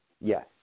Yes